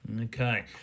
Okay